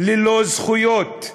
ללא זכויות.